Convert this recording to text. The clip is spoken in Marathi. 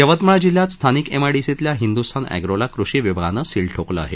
यवतमाळ जिल्ह्यात स्थानिक एमआयडीसीतील हिंदुस्तान एग्रोला कृषी विभागानं सील ठोकलं आहे